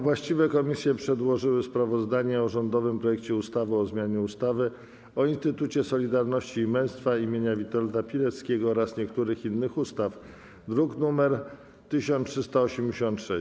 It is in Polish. Właściwe komisje przedłożyły sprawozdanie o rządowym projekcie ustawy o zmianie ustawy o Instytucie Solidarności i Męstwa imienia Witolda Pileckiego oraz niektórych innych ustaw, druk nr 1386.